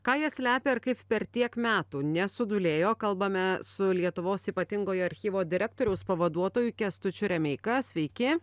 ką jie slepia ir kaip per tiek metų nesudūlėjo kalbame su lietuvos ypatingojo archyvo direktoriaus pavaduotoju kęstučiu remeika sveiki